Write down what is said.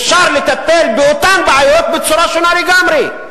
אפשר לטפל באותן בעיות בצורה שונה לגמרי.